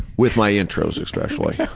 with my intros especially.